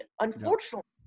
unfortunately